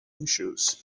issues